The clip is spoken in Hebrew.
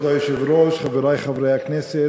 כבוד היושב-ראש, חברי הכנסת,